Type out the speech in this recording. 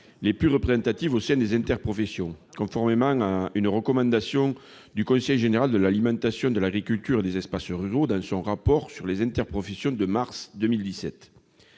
les plus représentatives au sein des interprofessions, conformément à une recommandation du Conseil général de l'alimentation, de l'agriculture et des espaces ruraux, dans son rapport sur les interprofessions de mars 2017.